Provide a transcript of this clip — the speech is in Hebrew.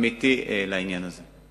אמיתי לעניין הזה.